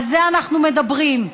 על זה אנחנו מדברים.